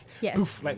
Yes